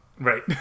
Right